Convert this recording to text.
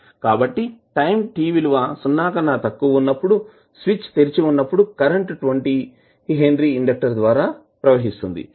కాబట్టి time t విలువ సున్నా కన్నా తక్కువ ఉన్నప్పుడు స్విచ్ తెరిచి వున్నపుడు కరెంటు 20 హెన్రీ ఇండెక్టర్ ద్వారా ప్రవహిస్తుంది